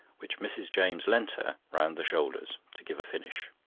which mrs. james lent her, round the shoulders, to give a finish.